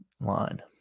line